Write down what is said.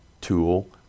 tool